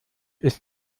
ist